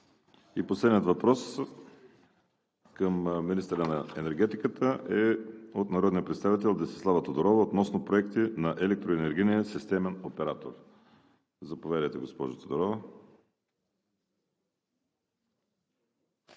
И последен въпрос към министъра на енергетиката е от народния представител Десислава Тодорова относно проекти на Електроенергийния системен оператор. Заповядайте, госпожо Тодорова.